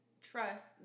trust